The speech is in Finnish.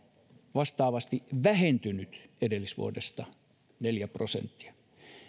vastaavasti vähentynyt edellisvuodesta neljä prosenttia